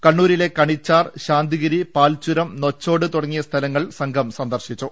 കണ്ണൂരിലെ കണിച്ചാർ ശാന്തിഗിരി പാൽചുരം നൊച്ചാട് തുടങ്ങിയ സ്ഥലങ്ങൾ സംഘം സന്ദർശിച്ചു